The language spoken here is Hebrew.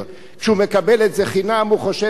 כשהוא מקבל את זה חינם הוא חושב שזה